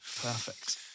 Perfect